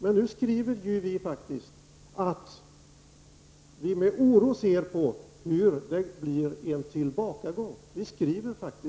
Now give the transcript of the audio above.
Men nu skriver utskottet att vi med oro ser att det är en tillbakagång på väg.